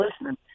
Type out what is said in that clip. listening